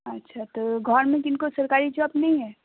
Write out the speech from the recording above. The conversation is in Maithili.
अच्छा तऽ घरमे किनको सरकारी जॉब नहि अछि